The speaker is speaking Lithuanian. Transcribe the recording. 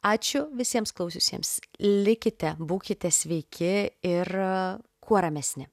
ačiū visiems klausiusiems likite būkite sveiki ir kuo ramesni